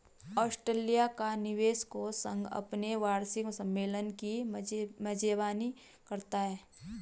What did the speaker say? Australia का निवेश कोष संघ अपने वार्षिक सम्मेलन की मेजबानी करता है